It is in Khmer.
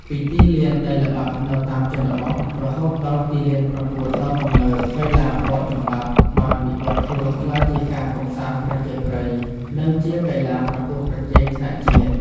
ពីទីលានដីល្បាប់នៅតាមជនបទ រហូតដល់ទីលានប្រកួតដ៏ទំនើប គីទ្បាបោកចំបាប់បានវិវឌ្ឍខ្លួនក្លាយជាការកម្សាន្តប្រជាប្រិយ និងជាកីឡាប្រកួតប្រជែងថ្នាក់ជាតិ។